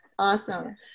Awesome